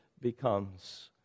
becomes